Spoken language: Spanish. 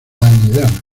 anidar